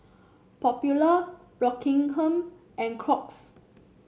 Popular Rockingham and Crocs